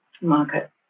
market